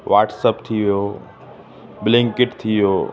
WhatsApp थी वियो Blinkit थी वियो